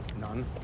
none